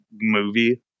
movie